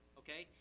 okay